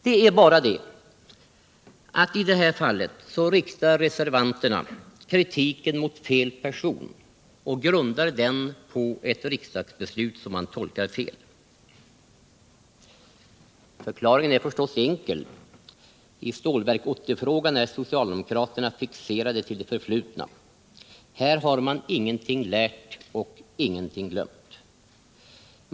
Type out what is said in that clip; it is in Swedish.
Det är bara det att här riktar reservanterna kritiken mot fel person och grundar den på ett riksdagsbeslut som de tolkar fel. Förklaringen är förstås enkel: I Stålverk 80-frågan är socialdemokraterna fixerade till det förflutna. Här har de ingenting lärt och ingenting glömt.